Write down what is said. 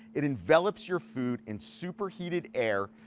it envelopes your food in super heated air.